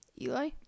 Eli